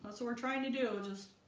so we're trying to do just